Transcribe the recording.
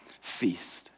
feast